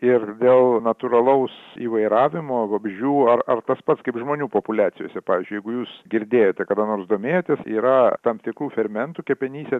ir dėl natūralaus įvairavimo vabzdžių ar ar tas pats kaip žmonių populiacijose pavyzdžiui jeigu jūs girdėjote kada nors domėjotės yra tam tikrų fermentų kepenyse